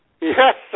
Yes